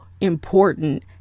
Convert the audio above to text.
important